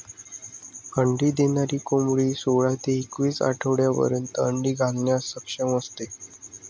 अंडी देणारी कोंबडी सोळा ते एकवीस आठवड्यांपर्यंत अंडी घालण्यास सक्षम असते